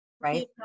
right